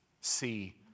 See